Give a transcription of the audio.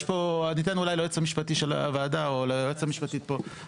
אני אתן אולי ליועץ המשפטי של הוועדה או ליועצת המשפטית פה.